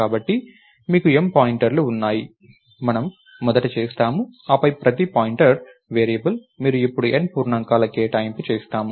కాబట్టి మీకు M పాయింటర్లు ఉన్నాయి మనము మొదట చేస్తాము ఆపై ప్రతి పాయింటర్ వేరియబుల్ మీరు ఇప్పుడు N పూర్ణాంకాల కేటాయింపు చేస్తాము